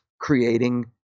creating